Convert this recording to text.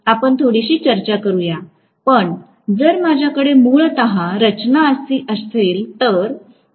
आपण थोडीशी चर्चा करू पण जर माझ्याकडे मूलत रचना अशी असेल तर